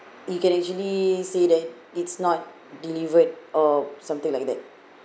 you can actually say that it's not delivered or something like that